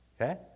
Okay